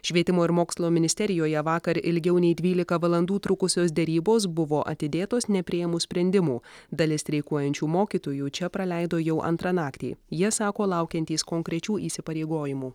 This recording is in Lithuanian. švietimo ir mokslo ministerijoje vakar ilgiau nei dvylika valandų trukusios derybos buvo atidėtos nepriėmus sprendimų dalis streikuojančių mokytojų čia praleido jau antrą naktį jie sako laukiantys konkrečių įsipareigojimų